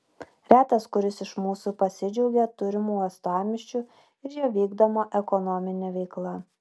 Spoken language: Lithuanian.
retas kuris iš mūsų pasidžiaugia turimu uostamiesčiu ir jo vykdoma ekonomine veikla